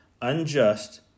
unjust